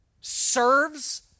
serves